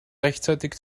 rechtzeitig